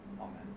amen